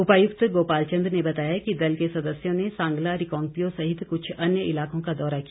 उपायुक्त गोपाल चंद ने बताया कि दल के सदस्यों ने सांगला रिकांगपिओ सहित कुछ अन्य इलाकों का दौरा किया